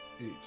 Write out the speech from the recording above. Eight